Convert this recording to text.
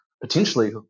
potentially